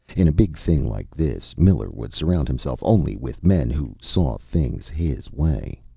in a big thing like this, miller would surround himself only with men who saw things his way.